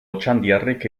otxandiarrek